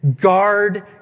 guard